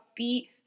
upbeat